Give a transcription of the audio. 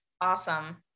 Awesome